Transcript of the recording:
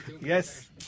Yes